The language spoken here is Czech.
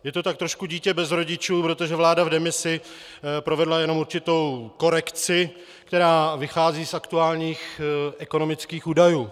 Je to tak trošku dítě bez rodičů, protože vláda v demisi provedla jenom určitou korekci, která vychází z aktuálních ekonomických údajů.